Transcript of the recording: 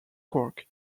cork